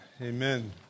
Amen